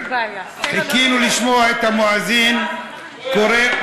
חיכינו לשמוע את המואזין קורא,